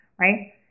right